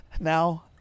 now